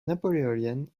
napoléonienne